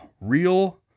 real